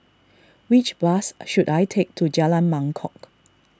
which bus should I take to Jalan Mangkok